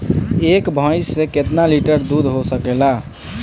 एक भइस से कितना लिटर दूध हो सकेला?